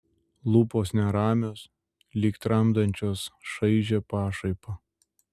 lūpos neramios lyg tramdančios šaižią pašaipą